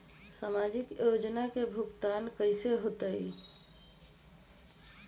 समाजिक योजना के भुगतान कैसे होई?